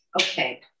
Okay